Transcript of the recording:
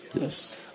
Yes